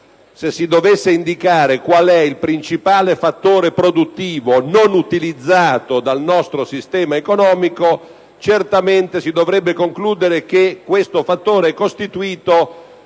Se si dovesse indicare qual è il principale fattore produttivo non utilizzato dal nostro sistema economico, certamente si dovrebbe concludere che questo fattore è costituito